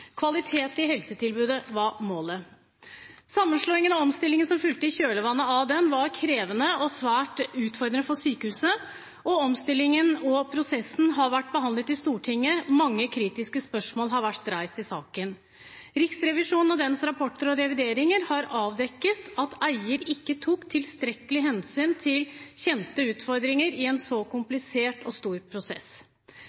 Kvalitet i helsetilbudet var målet. Sammenslåingen og omstillingen som fulgte i kjølvannet av den, var krevende og svært utfordrende for sykehusene. Omstillingsprosessen har vært behandlet i Stortinget, og mange kritiske spørsmål har vært reist i saken. Riksrevisjonens rapporter og revideringer har avdekket at eier ikke tok tilstrekkelig hensyn til kjente utfordringer i en så